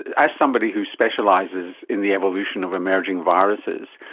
as somebody who specialises in the evolution of emerging viruses,